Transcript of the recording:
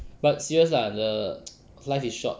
but serious ah the life is short